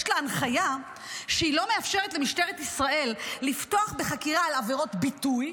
יש לה הנחיה שהיא לא מאפשרת למשטרת ישראל לפתוח בחקירה על עבירות ביטוי,